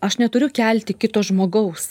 aš neturiu kelti kito žmogaus